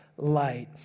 light